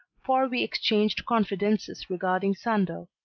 for we exchanged confidences regarding sandeau.